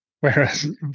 Whereas